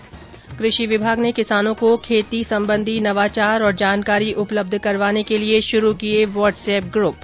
् कृषि विभाग ने किसानों को खेती सम्बन्धी नवाचार और जानकारी उपलब्ध करवाने के लिए शुरू किये व्हाट्सएप ग्रुप